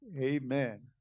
amen